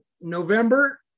November